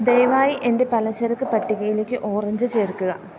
ദയവായി എൻ്റെ പലചരക്ക് പട്ടികയിലേക്ക് ഓറഞ്ച് ചേർക്കുക